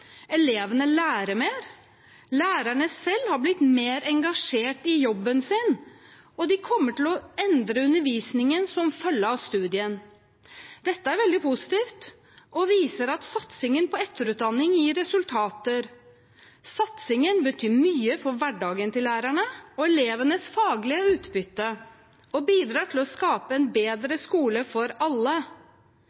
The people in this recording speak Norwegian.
elevene lærer mer, lærerne selv har blitt mer engasjert i jobben sin, og de kommer til å endre undervisningen som følge av studiene. Dette er veldig positivt og viser at satsingen på etterutdanning gir resultater. Satsingen betyr mye for hverdagen til lærerne og elevenes faglige utbytte, og bidrar til å skape en